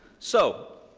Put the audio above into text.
so,